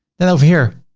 then over here,